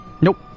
Nope